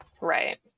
Right